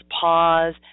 pause